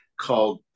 called